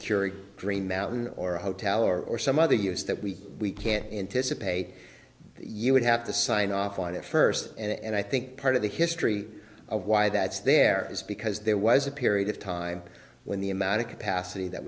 green mountain or a hotel or some other use that we we can't anticipate you would have to sign off on it first and i think part of the history of why that's there is because there was a period of time when the amount of capacity that